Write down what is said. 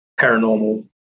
paranormal